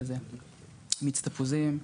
שזה מיץ תפוזים,